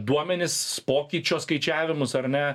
duomenis pokyčio skaičiavimus ar ne